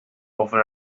often